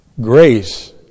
Grace